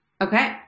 Okay